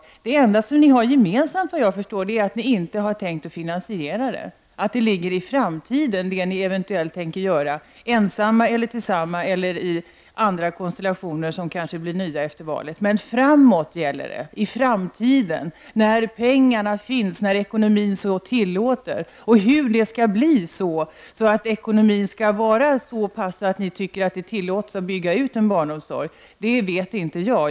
Men det enda som ni har gemensamt, såvitt jag förstår, är att ni inte har tänkt finansiera det hela och att det ni eventuellt tänker göra ensamma, tillsammans eller kanske i någon annan ny konstellation efter valet ligger i framtiden. Det gäller alltså i framtiden -- när det finns pengar, när ekonomin tillåter detta. Hur det skall gå till att få en situation där ekonomin är sådan att det går att bygga ut barnomsorgen vet inte jag.